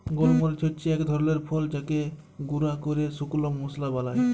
গল মরিচ হচ্যে এক ধরলের ফল যাকে গুঁরা ক্যরে শুকল মশলা বালায়